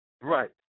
Right